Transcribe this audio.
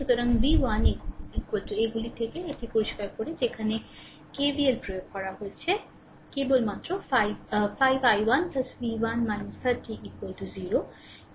সুতরাং v1 এগুলি থেকে এটি পরিষ্কার যে এখানে KVL প্রয়োগ হয়েছে কেবলমাত্র 5 5 i1 v1 30 0